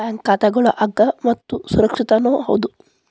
bank ಖಾತಾಗಳು ಅಗ್ಗ ಮತ್ತು ಸುರಕ್ಷಿತನೂ ಹೌದು